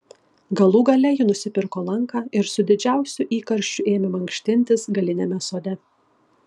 galų gale ji nusipirko lanką ir su didžiausiu įkarščiu ėmė mankštintis galiniame sode